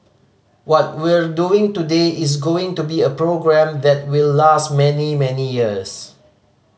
what we're doing today is going to be a program that will last many many years